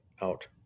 out